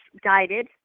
guided